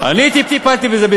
אני טיפלתי בזה,